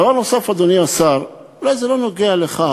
דבר נוסף, אדוני השר, אולי זה לא נוגע לך,